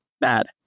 bad